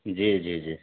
جی جی جی